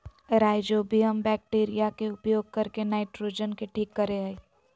rhizobium bacteria के उपयोग करके नाइट्रोजन के ठीक करेय हइ